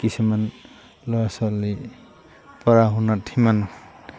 কিছুমান ল'ৰা ছোৱালী পঢ়া শুনাত সিমান